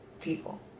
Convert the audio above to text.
people